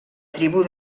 tribu